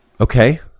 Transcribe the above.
okay